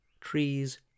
Trees